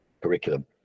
curriculum